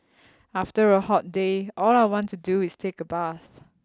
after a hot day all I want to do is take a bath